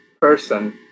person